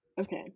okay